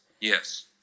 Yes